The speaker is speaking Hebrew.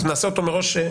אז נעשה אותו מראש,